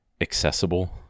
accessible